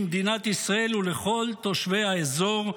למדינת ישראל ולכל תושבי האזור".